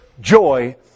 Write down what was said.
joy